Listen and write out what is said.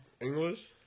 English